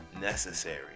necessary